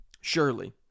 Surely